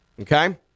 Okay